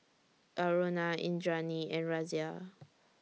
Aruna Indranee and Razia